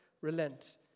relent